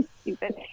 stupid